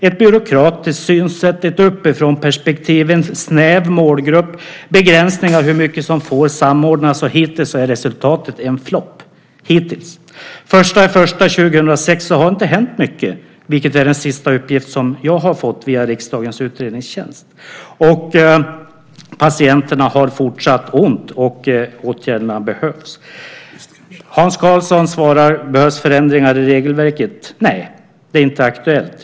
Ett byråkratiskt synsätt, ett uppifrånperspektiv, en snäv målgrupp, begränsningar av hur mycket som får samordnas, och hittills är resultatet en flopp. Den 1 januari 2006 hade det inte hänt mycket, vilket är den senaste uppgift som jag har fått via riksdagens utredningstjänst. Och patienterna har fortsatt ont och åtgärderna behövs. Hans Karlsson svarar på frågan om det behövs förändringar i regelverket: Nej, det är inte aktuellt.